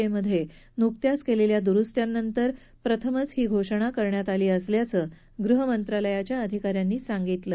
ए मधे नुकत्याच केलेल्या दुरूस्त्यांनंतर प्रथमच अशी घोषणा केली असल्याचं गृहमंत्रालयाच्या अधिका यांनी सांगितलं